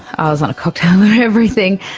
i was on a cocktail of everything.